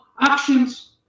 actions